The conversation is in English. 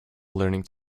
learning